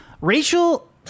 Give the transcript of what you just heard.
Rachel